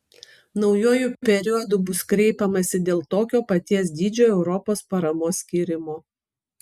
naujuoju periodu bus kreipiamasi dėl tokio paties dydžio europos paramos skyrimo